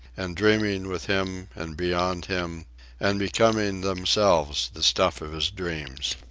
and dreaming with him and beyond him and becoming themselves the stuff of his dreams.